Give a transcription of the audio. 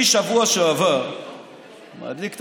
אני בשבוע שעבר או השבוע מדליק את